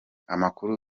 amakuru